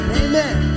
amen